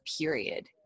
period